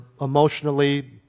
emotionally